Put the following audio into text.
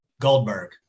Goldberg